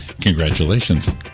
Congratulations